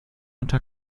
unter